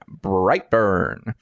Brightburn